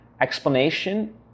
explanation